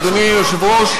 אדוני היושב-ראש,